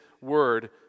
word